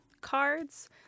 cards